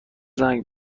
زنگ